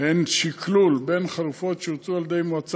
הן שקלול בין חלופות שהוצעו על-ידי מועצה